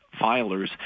filers